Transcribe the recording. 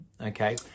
okay